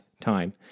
time